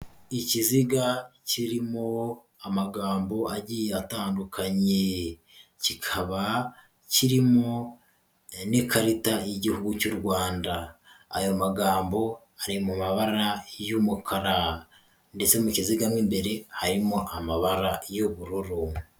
Ikiziga kirimo amagambo agiye atandukanye, kikaba kirimo n'ikarita y'igihugu cy'u Rwanda, ayo magambo ari mu mabara y'umukara ndetse mu kiziga mo imbere harimo amabara y'ubururu.